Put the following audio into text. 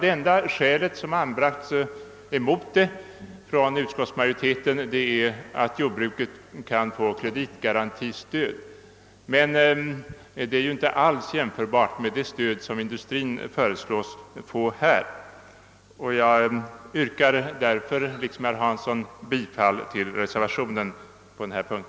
Det enda skäl som utskottet anfört mot förslag härom är att jordbruket kan få kreditgarantistöd. Men detta är ju inte alls jämförbart med det stöd som industrin föreslås få i detta avseende. Jag yrkar därför liksom herr Hansson i Skegrie bifall till reservationen på denna punkt.